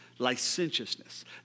licentiousness